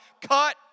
cut